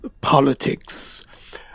politics